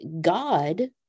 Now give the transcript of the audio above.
God